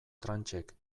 tranchek